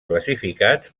classificats